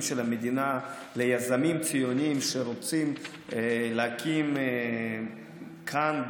של המדינה ליזמים ציוניים שרוצים להקים כאן,